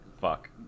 Fuck